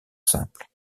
simple